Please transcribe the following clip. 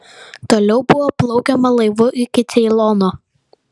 toliau buvo plaukiama laivu iki ceilono